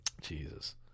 Jesus